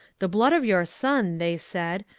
the blood of your son they said,